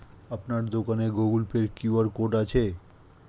আপনার দোকানে Google Pay QR code আছে?